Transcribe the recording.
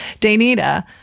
Danita